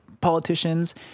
politicians